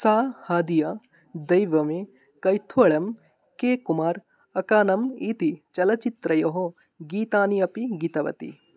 सा हादिया दैवमे कैथ्वळं के कुमार् अकानम् इति चलचित्रयोः गीतानि अपि गीतवती